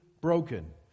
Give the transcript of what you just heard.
broken